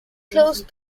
close